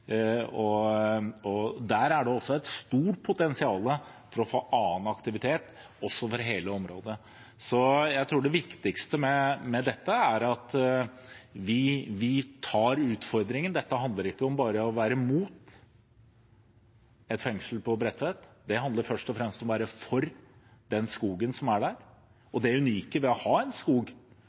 og der er det også et stort potensial for å få annen aktivitet, også for hele området. Jeg tror det viktigste med dette er at vi tar utfordringen. Dette handler ikke bare om å være mot et fengsel på Bredtvet, det handler først og fremst om å være for den skogen som er der og det unike ved å ha en skog